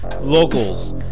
locals